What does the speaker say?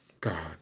God